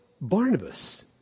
Barnabas